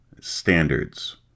Standards